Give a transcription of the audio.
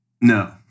No